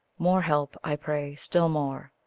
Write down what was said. more help, i pray, still more.